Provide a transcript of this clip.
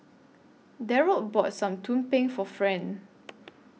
Darold bought Some Tumpeng For Friend